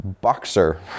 boxer